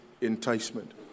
enticement